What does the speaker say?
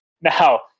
Now